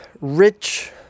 rich